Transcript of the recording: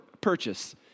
purchase